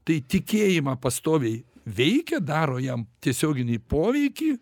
tai tikėjimą pastoviai veikia daro jam tiesioginį poveikį